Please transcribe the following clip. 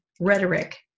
rhetoric